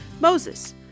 MOSES